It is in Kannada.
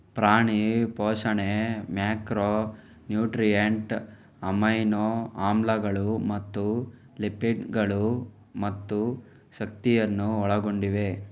ಪ್ರಾಣಿ ಪೋಷಣೆ ಮ್ಯಾಕ್ರೋ ನ್ಯೂಟ್ರಿಯಂಟ್, ಅಮೈನೋ ಆಮ್ಲಗಳು ಮತ್ತು ಲಿಪಿಡ್ ಗಳು ಮತ್ತು ಶಕ್ತಿಯನ್ನು ಒಳಗೊಂಡಿವೆ